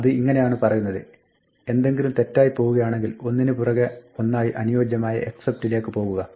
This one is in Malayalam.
അത് ഇങ്ങിനെയാണ് പറയുന്നത് എന്തെങ്കിലും തെറ്റായി പോകുകയാണെങ്കിൽ ഒന്നിന് പുറകെ ഒന്നായി അനുയോജ്യമായ except ലേക്ക് പോകുക